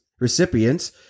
recipients